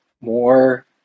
more